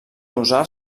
usar